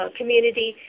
community